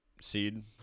seed